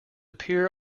appear